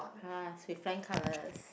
pass with flying colours